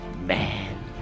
man